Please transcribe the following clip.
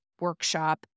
workshop